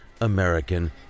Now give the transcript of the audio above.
American